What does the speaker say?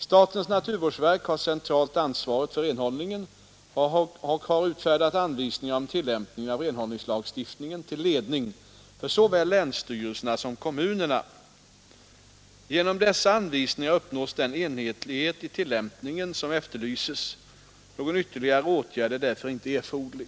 Statens naturvårdsverk har centralt ansvaret för renhållningen och har utfärdat anvisningar om tillämpningen av renhållningslagstiftningen till ledning för såväl länsstyrelserna som kommunerna. Genom dessa anvisningar uppnås den enhetlighet i tillämpningen som herr Leuchovius efterlyser. Någon ytterligare åtgärd är därför inte erforderlig.